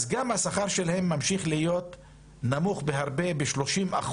גם השכר שלהן ממשיך להיות נמוך בהרבה, ב-30%,